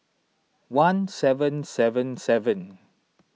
one seven seven seven